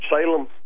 Salem